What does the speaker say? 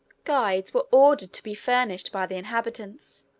guides were ordered to be furnished by the inhabitants,